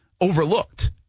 overlooked